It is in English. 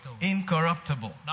incorruptible